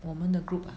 我们的 group ah